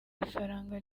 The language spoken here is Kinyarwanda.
ifaranga